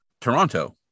Toronto